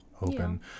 open